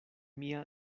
mia